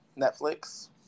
Netflix